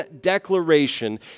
declaration